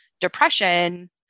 depression